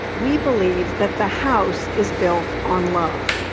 we believe that the house is built on love.